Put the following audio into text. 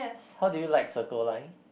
how did you like Circle Line